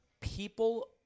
People